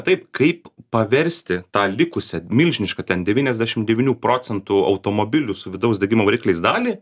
taip kaip paversti tą likusią milžinišką ten devyniasdešim devynių procentų automobilių su vidaus degimo varikliais dalį